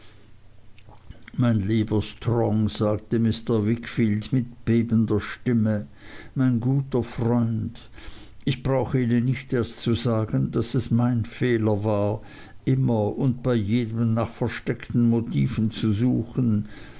mein lieber strong sagte mr wickfield mit bebender stimme mein guter freund ich brauche ihnen nicht erst zu sagen daß es mein fehler war immer und bei jedem nach versteckten motiven zu suchen